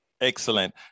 Excellent